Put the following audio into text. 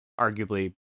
arguably